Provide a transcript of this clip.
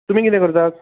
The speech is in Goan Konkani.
तुमी कितें करतात